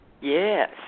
Yes